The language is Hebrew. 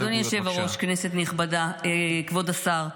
אדוני היושב-ראש, כנסת נכבדה, כבוד השר,